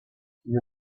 you